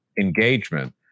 engagement